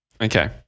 Okay